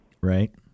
Right